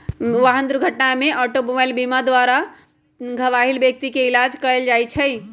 वाहन दुर्घटना में ऑटोमोबाइल बीमा द्वारा घबाहिल व्यक्ति के इलाज कएल जाइ छइ